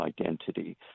identity